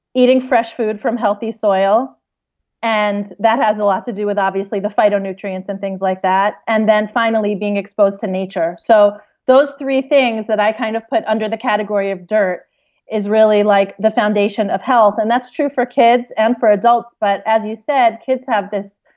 eating fresh food from healthy soil and that has a lot to do with obviously the phytonutrients and things like that and then finally being exposed to nature. so those three things that i kind of put under the category of dirt is really like the foundation of health. that's true for kids and for adults, but as you said, kids have this.